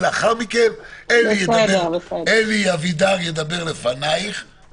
ולאחר מכן אלי אבידר ידבר לפנייך,